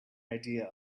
idea